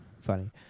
Funny